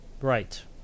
right